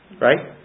right